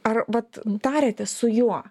ar vat tariatės su juo